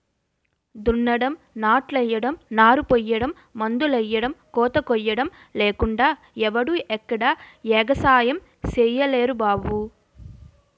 దున్నడం, నాట్లెయ్యడం, నారుపొయ్యడం, మందులెయ్యడం, కోతకొయ్యడం లేకుండా ఎవడూ ఎక్కడా ఎగసాయం సెయ్యలేరు బాబూ